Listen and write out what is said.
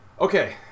Okay